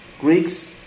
Greeks